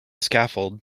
scaffold